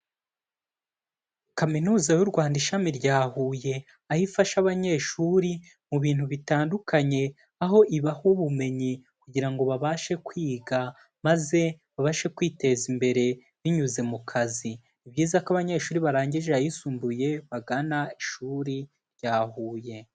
Kaminuza y'u Rwanda ishami rya Huye, aho ifasha abanyeshuri mu bintu bitandukanye, aho ibaha ubumenyi kugira ngo babashe kwiga maze babashe kwiteza imbere binyuze mu kazi. Ni byiza ko abanyeshuri barangije ayisumbuye bagana ishuri rya Huye.